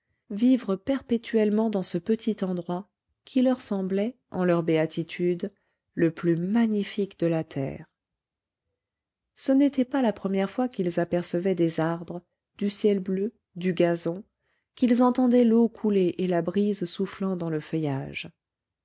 vivre perpétuellement dans ce petit endroit qui leur semblait en leur béatitude le plus magnifique de la terre ce n'était pas la première fois qu'ils apercevaient des arbres du ciel bleu du gazon qu'ils entendaient l'eau couler et la brise soufflant dans le feuillage